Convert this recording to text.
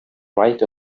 right